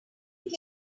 back